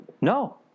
No